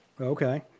okay